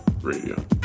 Radio